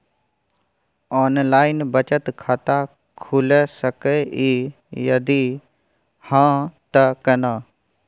Online बचत खाता खुलै सकै इ, यदि हाँ त केना?